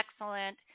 excellent